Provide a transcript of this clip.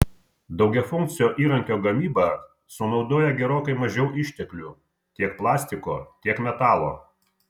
daugiafunkcio įrankio gamyba sunaudoja gerokai mažiau išteklių tiek plastiko tiek metalo